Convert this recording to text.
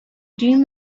dream